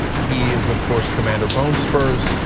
he is, of course, commander bone spurs.